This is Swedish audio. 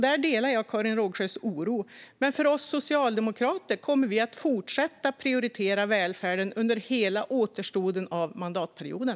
Där delar jag Karin Rågsjös oro. Vi socialdemokrater kommer dock att fortsätta att prioritera välfärden under hela återstoden av mandatperioden.